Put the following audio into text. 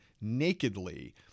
nakedly –